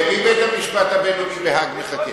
למי בית-המשפט הבין-לאומי בהאג מחכה?